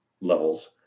levels